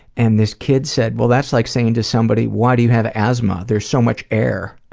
and this kid said, well, that's like saying to somebody why do you have asthma? there's so much air.